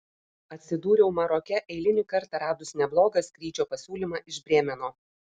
atsidūriau maroke eilinį kartą radus neblogą skrydžio pasiūlymą iš brėmeno